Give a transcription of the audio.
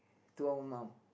to our mum